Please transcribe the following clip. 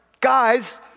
guys